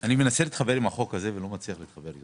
אני מנסה להתחבר עם החוק הזה ולא מצליח להתחבר.